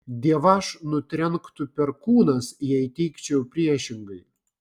dievaž nutrenktų perkūnas jei teigčiau priešingai